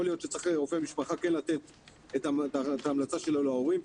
יכול להיות שצריך רופא משפחה כן לתת את ההמלצה שלו להורים,